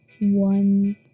one